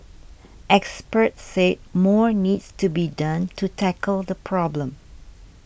experts said more needs to be done to tackle the problem